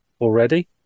already